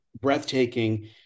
breathtaking